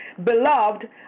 Beloved